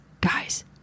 guys